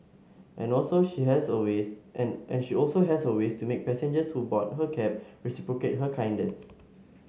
and also she has her ways and and she also has her ways to make passengers who board her cab reciprocate her kindness